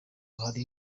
hari